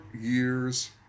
years